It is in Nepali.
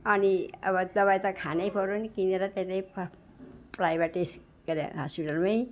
अनि अब दबाई त खानै पऱ्यो नि किनेर त्यतै प्राइभेट के रे हस्पिटलमै